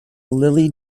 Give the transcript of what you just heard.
lily